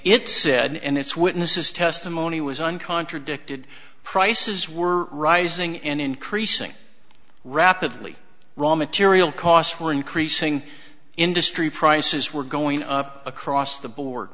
it said and it's witness's testimony was on contradicted prices were rising and increasing rapidly raw material costs were increasing industry prices were going up across the board